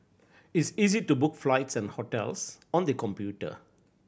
it's easy to book flights and hotels on the computer